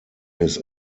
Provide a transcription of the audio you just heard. his